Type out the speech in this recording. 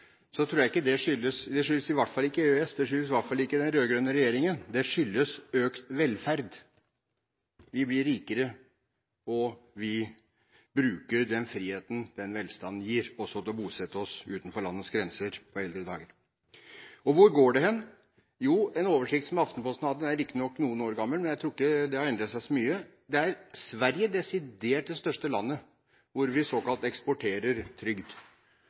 skyldes det i hvert fall ikke EØS, og det skyldes i hvert fall ikke den rød-grønne regjeringen, men det skyldes økt velferd. Vi blir rikere, og vi bruker den friheten som den velstanden gir, også til å bosette oss utenfor landets grenser på våre eldre dager. Og hvor går det hen? Ifølge en oversikt i Aftenposten, som riktignok er noen år gammel, men jeg tror ikke det har endret seg så mye, er Sverige desidert det største landet hvor vi eksporterer trygd.